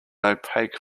opaque